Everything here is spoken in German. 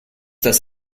das